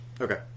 Okay